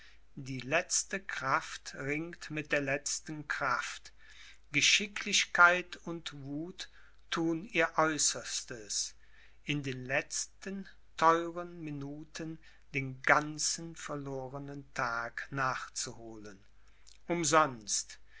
die letzte kraft ringt mit der letzten kraft geschicklichkeit und wuth thun ihr aeußerstes in den letzten theuren minuten den ganzen verlorenen tag nachzuholen umsonst